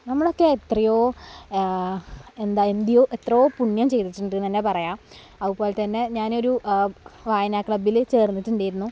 നമ്മളൊക്കെ എത്രയോ എന്താ എന്തിയോ എത്രയോ പുണ്യം ചെയ്തിട്ടുണ്ടെന്നു തന്നെ പറയാം അതുപോലെതന്നെ ഞാനൊരു വായനാ ക്ലബ്ബിൽ ചേർന്നിട്ടുണ്ടായിരുന്നു